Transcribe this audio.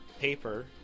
paper